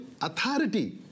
authority